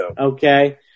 okay